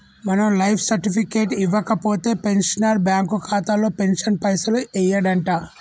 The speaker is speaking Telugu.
మనం లైఫ్ సర్టిఫికెట్ ఇవ్వకపోతే పెన్షనర్ బ్యాంకు ఖాతాలో పెన్షన్ పైసలు యెయ్యడంట